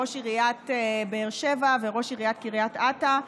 ראש עיריית באר שבע וראש עיריית קריית אתא,